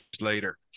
later